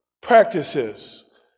practices